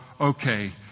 okay